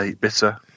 Bitter